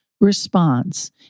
response